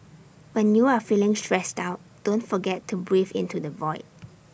when you are feeling stressed out don't forget to breathe into the void